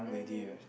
mmhmm